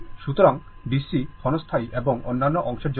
সুতরাং ডিসি ক্ষণস্থায়ী এবং অন্যান্য অংশের জন্য